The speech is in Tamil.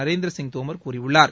நரேந்திர சிங் தோமர் கூறியுள்ளார்